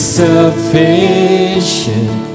sufficient